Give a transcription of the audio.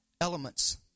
elements